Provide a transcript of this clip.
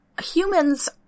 humans